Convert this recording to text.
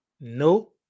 no